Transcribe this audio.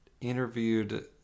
interviewed